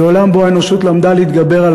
זה עולם שבו האנושות למדה להתגבר על